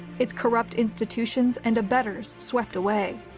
its corrupt institutions and abettors swept away.